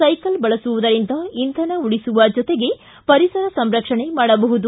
cycle ಬಳಸುವುದರಿಂದ ಇಂಧನ ಉಳಿಸುವ ಜತೆಗೆ ಪರಿಸರ ಸಂರಕ್ಷಣೆ ಮಾಡಬಹುದು